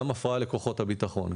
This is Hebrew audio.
ההפרעה לכוחות הביטחון,